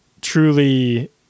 truly